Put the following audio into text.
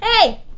Hey